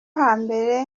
hambere